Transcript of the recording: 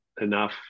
enough